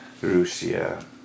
Russia